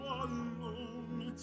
alone